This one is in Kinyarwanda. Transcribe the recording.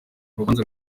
urubanza